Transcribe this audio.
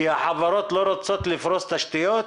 כי החברות לא רוצות לפרוס תשתיות?